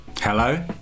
Hello